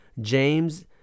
James